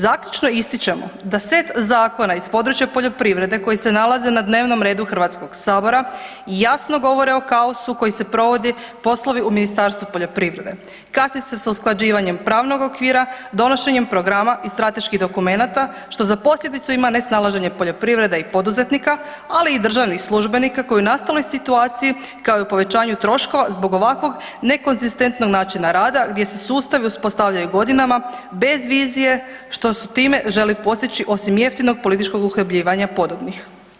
Zaključno ističemo, da set zakona iz područja poljoprivrede koji se nalazi na dnevnom redu HS-a jasno govore o kaosu koji se provodi poslovi u Ministarstvu poljoprivrede, kasni se s usklađivanjem pravnog okvira, donošenjem programa i strateških dokumenata što za posljedicu ima nesnalaženje poljoprivrede i poduzetnika, ali i državnih službenika koji u nastaloj situaciji kao i povećanju troškova zbog ovakvog nekonzistentnog načina rada gdje se sustavi uspostavljaju godina bez vizije što se time želi postići osim jeftinog političkog uhljebljivanja podobnih.